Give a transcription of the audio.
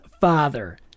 father